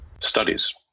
studies